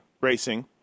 racing